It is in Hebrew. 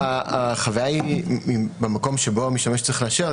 החוויה היא במקום שבו המשתמש צריך לאשר,